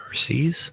mercies